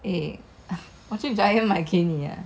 eh 我去 giant 买给你 ah